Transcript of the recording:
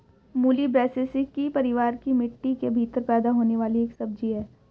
मूली ब्रैसिसेकी परिवार की मिट्टी के भीतर पैदा होने वाली एक सब्जी है